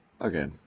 Okay